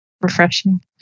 Refreshing